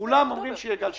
כולם אומרים שיהיה גל שני.